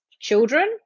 children